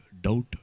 doubt